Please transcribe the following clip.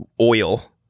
oil